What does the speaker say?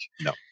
No